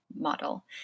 model